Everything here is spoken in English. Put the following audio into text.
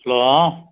hello